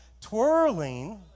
twirling